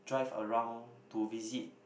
drive around to visit